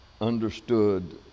understood